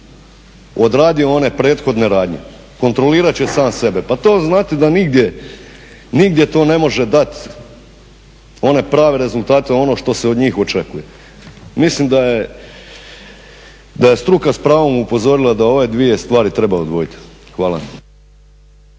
odradio one prethodne radnje. Kontrolirati će sam sebe, pa to znate da nigdje, nigdje to ne može dati one prave rezultate ono što se od njih očekuje. Mislim da je, da je struka s pravom upozorila da ove dvije stvari treba odvojiti. Hvala.